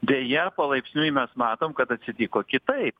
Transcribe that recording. deja palaipsniui mes matom kad atsitiko kitaip